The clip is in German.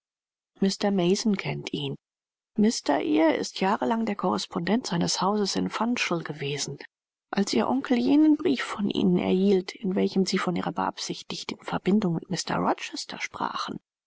mr mason kennt ihn mr eyre ist jahrelang der korrespondent seines hauses in funchal gewesen als ihr onkel jenen brief von ihnen erhielt in welchem sie von ihrer beabsichtigten verbindung mit mr rochester sprachen